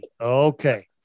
Okay